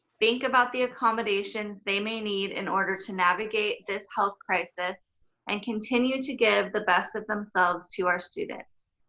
think about the accommodations they may need in order to navigate this health crisis and continue to give the best of themselves to our students.